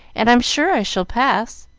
and i'm sure i shall pass.